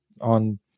on